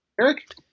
Eric